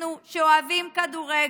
אנחנו שאוהבים כדורגל,